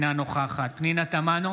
אינה נוכחת פנינה תמנו,